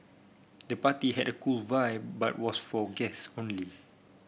the party had a cool vibe but was for guests only